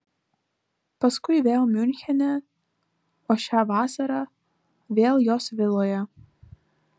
paskui vėl miunchene o šią vasarą vėl jos viloje